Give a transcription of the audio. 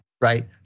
right